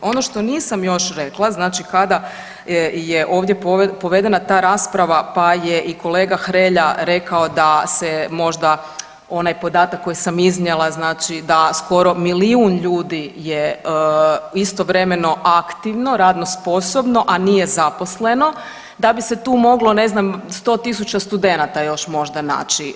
Ono što nisam još rekla, znači kada je ovdje povedena ta rasprava pa je i kolega Hrelja rekao da se možda onaj podatak koji sam iznijela znači da se skoro milijun ljudi je istovremeno aktivno radno sposobno, a nije zaposleno, da bi se tu moglo ne znam 100.000 studenata još možda naći.